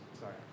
sorry